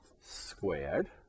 squared